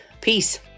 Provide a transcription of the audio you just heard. Peace